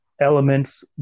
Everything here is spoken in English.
elements